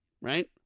right